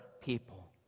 people